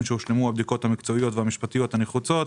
משהושלמו הבדיקות המקצועיות והמשפטיות הנחוצות,